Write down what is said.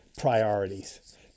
priorities